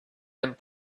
and